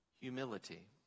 humility